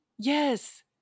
Yes